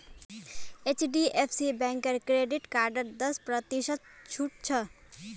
HDFC बैंकेर credit कार्डत दस प्रतिशत छूट छ